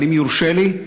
אבל אם יורשה לי,